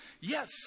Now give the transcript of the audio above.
Yes